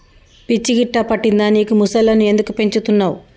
పిచ్చి గిట్టా పట్టిందా నీకు ముసల్లను ఎందుకు పెంచుతున్నవ్